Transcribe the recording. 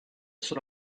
sono